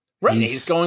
Right